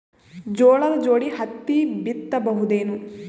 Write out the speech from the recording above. ಜೋಳದ ಜೋಡಿ ಹತ್ತಿ ಬಿತ್ತ ಬಹುದೇನು?